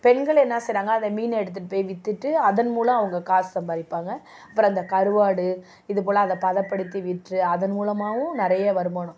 பெண்கள் என்ன செய்கிறாங்க அந்த மீனை எடுத்துட்டு போய் வித்துட்டு அதன் மூலம் அவங்க காசு சம்பாதிப்பாங்க அப்புறம் அந்த கருவாடு இது போல் அதை பதப்படுத்தி விற்று அதன் மூலமாகவும் நிறைய வருமானம்